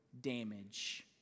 damage